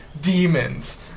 demons